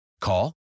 Call